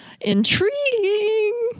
Intriguing